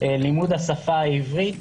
לימוד השפה העברית.